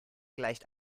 gleicht